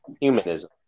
humanism